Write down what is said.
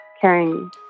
carrying